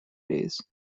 days